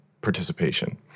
participation